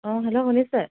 অঁ হেল্ল' শুনিছে